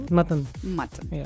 Mutton